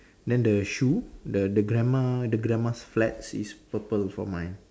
then the shoe the the grandma the grandma's flats is purple for mine